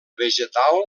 vegetal